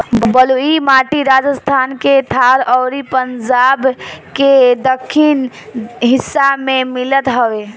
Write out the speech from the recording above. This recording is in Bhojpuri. बलुई माटी राजस्थान के थार अउरी पंजाब के दक्खिन हिस्सा में मिलत हवे